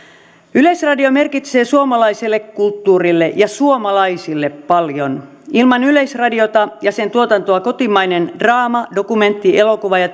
yleisradio merkitsee suomalaiselle kulttuurille ja suomalaisille paljon ilman yleisradiota ja sen tuotantoa kotimainen draama dokumenttielokuva ja